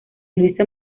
luisa